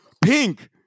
Pink